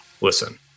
Listen